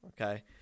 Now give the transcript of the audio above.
Okay